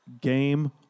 Game